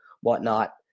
whatnot